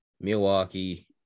Milwaukee